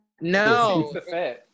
no